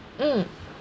mm